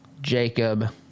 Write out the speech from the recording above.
Jacob